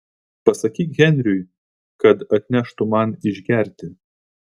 pasakyk henriui kad atneštų man išgerti